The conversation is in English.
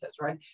right